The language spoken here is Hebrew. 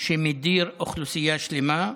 שמדיר אוכלוסייה שלמה.